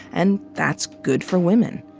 and that's good for women.